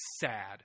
sad